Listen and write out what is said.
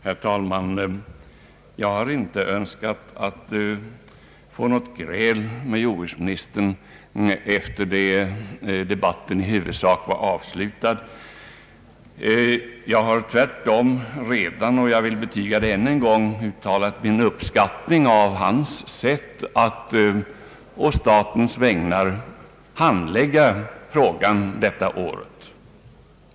Herr talman! Jag har inte önskat få något gräl med jordbruksministern efter det att debatten i huvudsak var avslutad. Tvärtom har jag redan — och jag vill göra det ännu en gång — uttalat min uppskattning av hans sätt att på statens vägnar handlägga frågan detta år.